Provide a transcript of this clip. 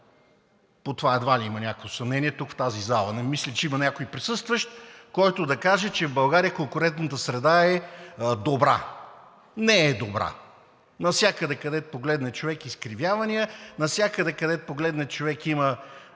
По това едва ли има някакво съмнение тук в тази зала. Не мисля, че има някой присъстващ, който да каже, че в България конкурентната среда е добра. Не е добра! Навсякъде, където погледне човек, изкривявания; навсякъде, където погледне човек, има